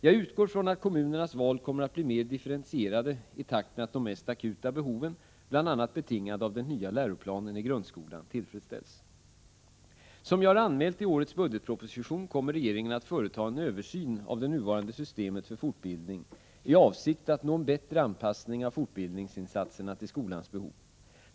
Jag utgår från att kommunernas val kommer att bli mer differentierade i takt med att de mest akuta behoven, bl.a. betingade av den nya läroplanen i grundskolan, tillfredsställs. Som jag anmält i årets budgetproposition kommer regeringen att företa en översyn av det nuvarande systemet för fortbildning i avsikt att nå en bättre anpassning av fortbildningsinsatserna till skolans behov.